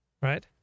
right